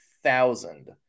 thousand